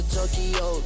Tokyo